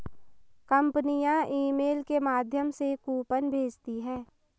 कंपनियां ईमेल के माध्यम से कूपन भेजती है